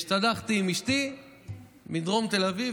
השתדכתי לאשתי מדרום תל אביב,